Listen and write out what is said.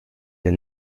der